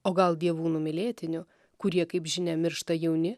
o gal dievų numylėtiniu kurie kaip žinia miršta jauni